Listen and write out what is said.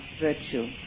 virtue